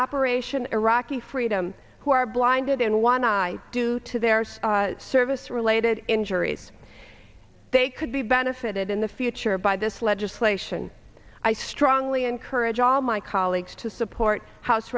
operation iraqi freedom who are blinded and when i do to their service related injuries they could be benefited in the future by this legislation i strongly encourage all my colleagues to support house